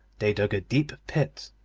they dug a deep pit,